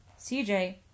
CJ